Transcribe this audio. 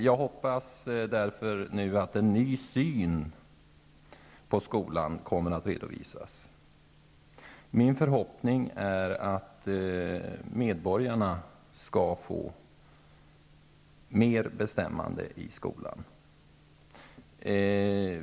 Jag hoppas därför att en ny syn på skolan nu kommer att redovisas. Min förhoppning är också att medborgarna skall ges större rätt till medbestämmande i skolan.